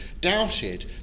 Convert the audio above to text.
doubted